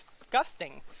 disgusting